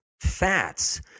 Fats